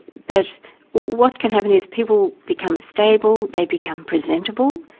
but what can happen is people become stable, they become presentable,